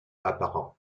apparent